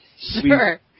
Sure